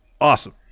awesome